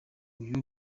uyu